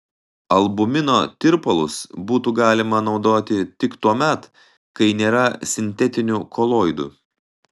albumino tirpalus būtų galima naudoti tik tuomet kai nėra sintetinių koloidų